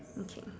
okay